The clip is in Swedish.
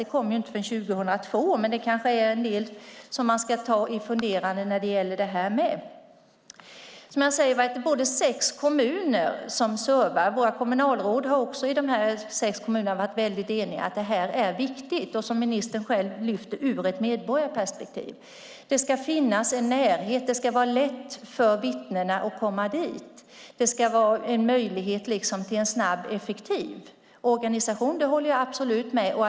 Den kommer inte förrän 2012, men det kanske är en del som man ska ta sig en funderare på också när det gäller detta. Som jag sade är det sex kommuner som tingsrätten servar. Våra kommunalråd i dessa sex kommuner har varit eniga om att detta är viktigt ur ett medborgarperspektiv, vilket ministern själv lyfter fram. Det ska finnas en närhet; det ska vara lätt för vittnena att komma dit. Det ska finnas en möjlighet till en snabb och effektiv organisation. Det håller jag absolut med om.